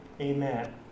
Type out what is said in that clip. Amen